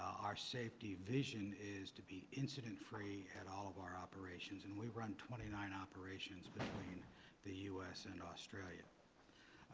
our safety vision is to be incident free at all of our operations, and we run twenty nine operations within the u s. and australia